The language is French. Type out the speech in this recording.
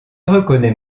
reconnais